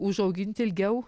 užaugint ilgiau